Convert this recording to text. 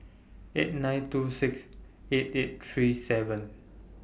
eight nine two six eight eight three seven